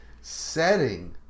Setting